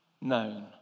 known